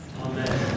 Amen